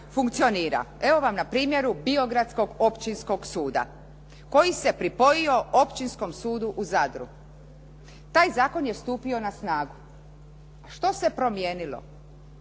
funkcionira. Evo vam na primjeru Biogradskog općinskog suda koji se pripojio općinskom sudu u Zadru. Taj zakon je stupio na snagu, što se promijenilo?